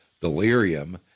delirium